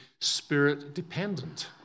spirit-dependent